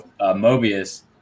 Mobius